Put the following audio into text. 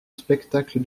spectacle